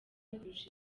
kurusha